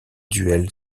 duel